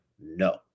no